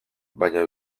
baina